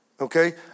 Okay